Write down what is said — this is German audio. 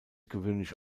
gewöhnlich